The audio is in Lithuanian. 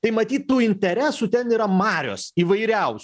tai matyt tų interesų ten yra marios įvairiausių